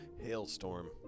Hailstorm